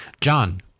John